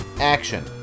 action